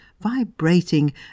vibrating